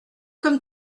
comme